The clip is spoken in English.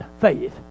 faith